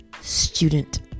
student